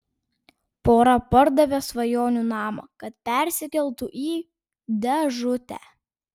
pora pardavė svajonių namą kad persikeltų į dėžutę